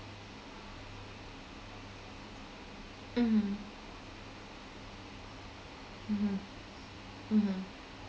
mmhmm mmhmm mmhmm